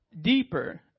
deeper